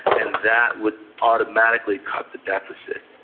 and that would automatically cut the deficit.